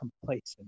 complacent